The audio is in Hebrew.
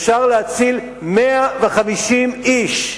אפשר להציל 150 איש.